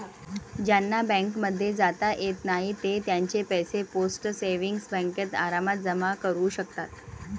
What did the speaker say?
ज्यांना बँकांमध्ये जाता येत नाही ते त्यांचे पैसे पोस्ट सेविंग्स बँकेत आरामात जमा करू शकतात